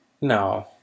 No